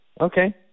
Okay